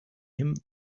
him